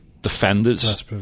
defenders